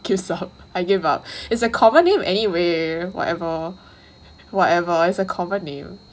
okay stop I gave up it's a common name anyway whatever whatever is a common name